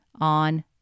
on